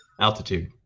Altitude